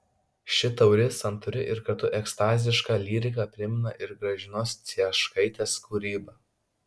ši tauri santūri ir kartu ekstaziška lyrika primena ir gražinos cieškaitės kūrybą